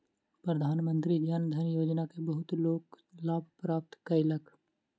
प्रधानमंत्री जन धन योजना के बहुत लोक लाभ प्राप्त कयलक